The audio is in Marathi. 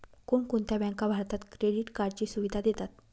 कोणकोणत्या बँका भारतात क्रेडिट कार्डची सुविधा देतात?